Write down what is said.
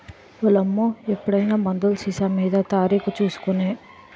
ఓలమ్మా ఎప్పుడైనా మందులు సీసామీద తారీకు సూసి కొనే